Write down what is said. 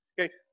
Okay